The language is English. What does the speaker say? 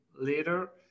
later